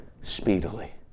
speedily